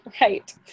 right